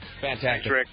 fantastic